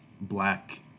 black